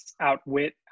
outwit